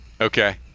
Okay